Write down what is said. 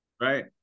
Right